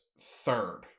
third